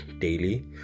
daily